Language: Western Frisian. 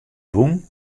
bûn